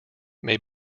may